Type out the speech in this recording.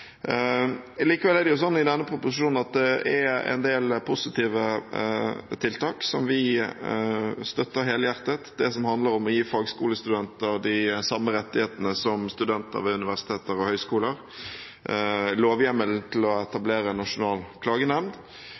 Likevel er det i denne proposisjonen en del positive tiltak som vi støtter helhjertet: det som handler om å gi fagskolestudenter de samme rettighetene som studenter ved universiteter og høgskoler, lovhjemmelen til å etablere nasjonal klagenemnd